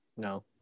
No